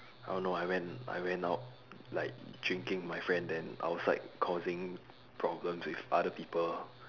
I don't know I went I went out like drinking with my friend then outside causing problems with other people